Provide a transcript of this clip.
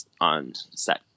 on-set